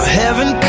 heaven